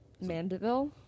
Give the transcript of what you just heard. Mandeville